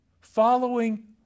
following